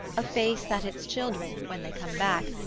a face that its children, when they come back,